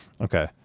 Okay